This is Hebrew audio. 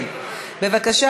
בבקשה,